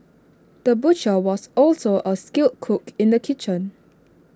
the butcher was also A skilled cook in the kitchen